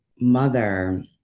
mother